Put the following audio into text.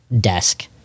desk